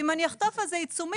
אם אני אחטוף על זה עיצומים,